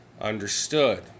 Understood